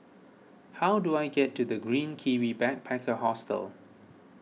how do I get to the Green Kiwi Backpacker Hostel